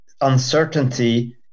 uncertainty